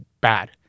Bad